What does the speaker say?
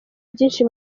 byinshi